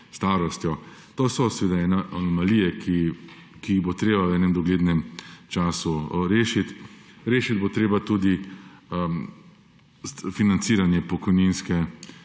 starostjo. To so seveda anomalije, ki jih bo treba v enem doglednem času rešiti. Rešiti bo treba tudi financiranje pokojninske